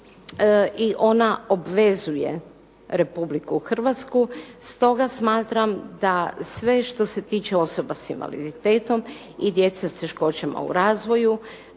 i ona obvezuje Republiku Hrvatsku. Stoga smatram da sve što se tiče osoba s invaliditetom i djece s teškoćama u razvoju